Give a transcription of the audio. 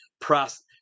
process